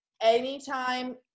Anytime